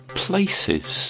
places